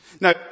Now